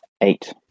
Eight